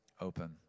open